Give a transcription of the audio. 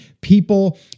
people